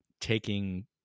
taking